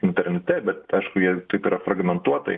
internete bet aišku jie taip yra fragmentuotai